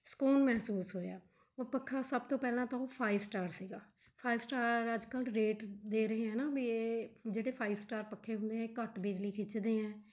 ਸਕੂਨ ਮਹਿਸੂਸ ਹੋਇਆ ਉਹ ਪੱਖਾ ਸਭ ਤੋਂ ਪਹਿਲਾਂ ਤਾਂ ਉਹ ਫਾਈਵ ਸਟਾਰ ਸੀਗਾ ਫਾਈਵ ਸਟਾਰ ਅੱਜ ਕੱਲ੍ਹ ਰੇਟ ਦੇ ਰਹੇ ਆ ਨਾ ਵੀ ਇਹ ਜਿਹੜੇ ਫਾਈਵ ਸਟਾਰ ਪੱਖੇ ਹੁੰਦੇ ਹੈ ਇਹ ਘੱਟ ਬਿਜਲੀ ਖਿੱਚਦੇ ਹੈ